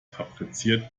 fabriziert